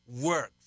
works